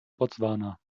botswana